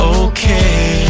okay